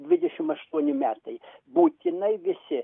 dvidešim aštuoni metai būtinai visi